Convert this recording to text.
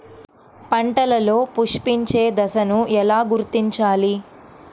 పంటలలో పుష్పించే దశను ఎలా గుర్తించాలి?